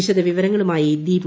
വിശദവിവരങ്ങളുമായി ദീപു